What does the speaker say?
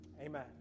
Amen